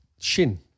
Shin